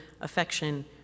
affection